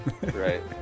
Right